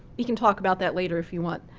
we can talk about that later if you want.